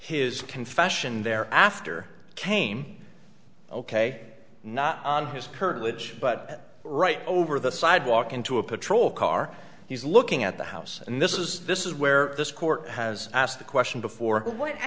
his confession there after came ok not on his courage but right over the sidewalk into a patrol car he's looking at the house and this is this is where this court has asked the question before